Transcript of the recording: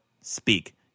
speak